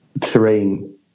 terrain